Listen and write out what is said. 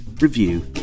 review